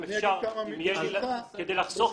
כדי לחסוך